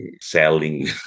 selling